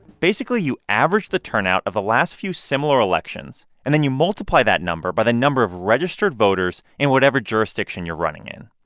basically, you average the turnout of the last few similar elections, and then you multiply that number by the number of registered voters in whatever jurisdiction you're running in.